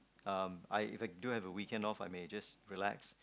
um I If I do have a weekend off I may just relax